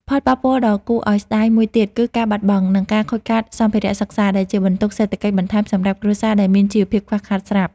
ផលប៉ះពាល់ដ៏គួរឱ្យស្ដាយមួយទៀត គឺការបាត់បង់ និងការខូចខាតសម្ភារៈសិក្សា ដែលជាបន្ទុកសេដ្ឋកិច្ចបន្ថែមសម្រាប់គ្រួសារដែលមានជីវភាពខ្វះខាតស្រាប់។